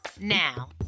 Now